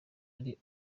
ari